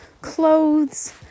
clothes